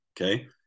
Okay